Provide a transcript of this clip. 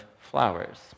flowers